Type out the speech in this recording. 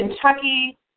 Kentucky